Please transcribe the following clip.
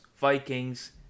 Vikings